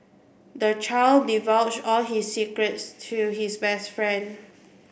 the child divulge all his secrets to his best friend